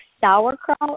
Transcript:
sauerkraut